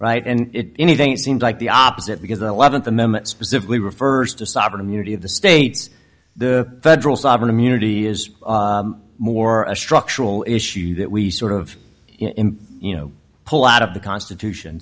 right and it anything it seems like the opposite because the eleventh the memo specifically refers to sovereign immunity of the states the federal sovereign immunity is more a structural issue that we sort of in you know pull out of the constitution